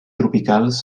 tropicals